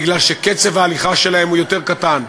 בגלל שקצב ההליכה שלהם יותר אטי,